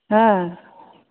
हॅं